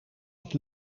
het